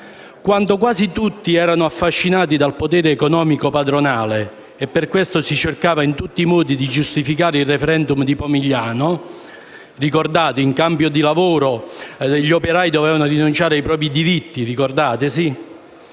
quando quasi tutti erano affascinati dal potere economico padronale e per questo si cercava in tutti i modi di giustificare il *referendum* di Pomigliano. Come ricorderete, in cambio di lavoro gli operai dovevano rinunciare ai propri diritti - lo ricordate?